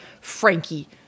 Frankie